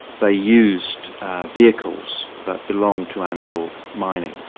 they used vehicles that belonged to anvil mining.